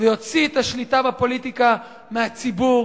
ויוציא את השליטה בפוליטיקה מהציבור,